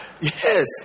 Yes